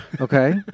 Okay